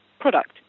product